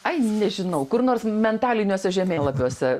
ai nežinau kur nors mentaliniuose žemėlapiuose